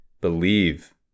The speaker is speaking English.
believe